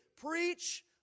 preach